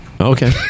Okay